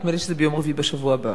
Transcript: נדמה לי שזה ביום רביעי בשבוע הבא.